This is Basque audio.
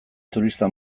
turista